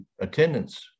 attendance